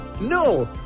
No